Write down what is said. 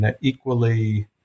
equally